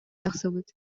тахсыбыт